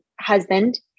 husband